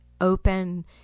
open